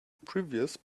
previous